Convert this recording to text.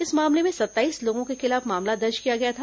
इस मामले में सत्ताईस लोगों के खिलाफ मामला दर्ज किया गया था